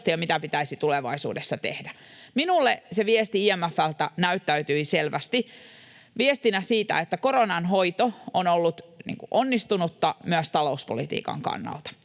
ja mitä pitäisi tulevaisuudessa tehdä. Minulle IMF:n viesti näyttäytyi selvästi viestinä siitä, että koronan hoito on ollut onnistunutta myös talouspolitiikan kannalta.